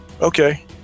Okay